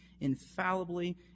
infallibly